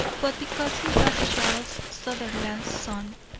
but because he was charles sutherland's son,